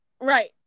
Right